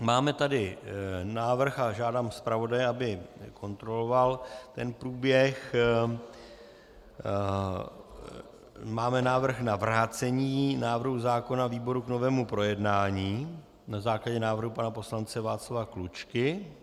Máme tady návrh a žádám zpravodaje, aby kontroloval průběh máme návrh na vrácení návrhu zákona výboru k novému projednání na základě návrhu pana poslance Václava Klučky.